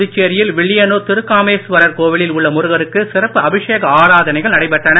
புதுச்சேரியில் வில்லியனூர் திருக்காமேஸ்வரர் கோவிலில் உள்ள முருகருக்கு சிறப்பு அபிஷேக ஆராதனைகள் நடைபெற்றன